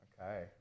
Okay